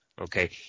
Okay